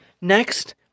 Next